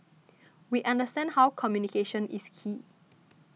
we understand how communication is key